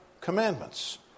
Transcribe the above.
commandments